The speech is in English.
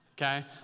okay